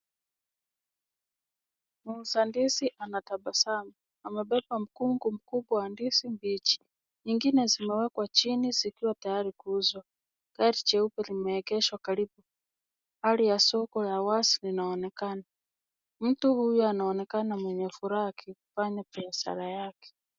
Muuza ndizi anatabasamu. Amebeba mkungu mkubwa wa ndizi mbichi. Nyingine zimewekwa chini zikiwa tayari kuuzwa. Gari jeupe limeegeshwa karibu. Hali ya soko la wazi linaonekana. Mtu huyu anaonekana mwenye furaha akifanya biashara yake.